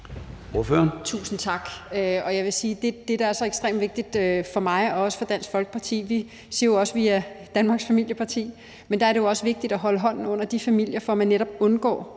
Tusind tak. Jeg vil sige, at det, der er så ekstremt vigtigt for mig og også for Dansk Folkeparti – vi siger jo også, at vi er Danmarks familieparti – er at holde hånden under de familier, for at man netop,